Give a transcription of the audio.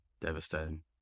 Devastating